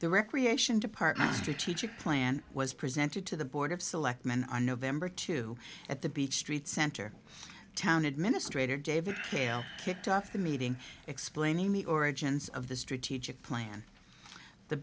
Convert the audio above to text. the recreation department strategic plan was presented to the board of selectmen on november two at the beach street center town administrator david hale kicked off the meeting explaining the origins of the strategic plan the